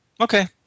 Okay